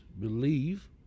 believe